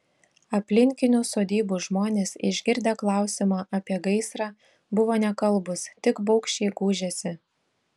aplinkinių sodybų žmonės išgirdę klausimą apie gaisrą buvo nekalbūs tik baugščiai gūžėsi